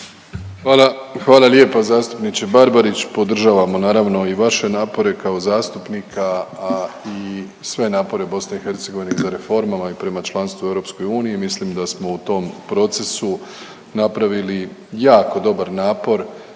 Hvala lijepa zastupniče Barbarić. Podržavamo naravno i vaše napore kao zastupnika, a i sve napore BiH za reformama i prema članstvu u EU. Mislim da smo u tom procesu napravili jako dobar napor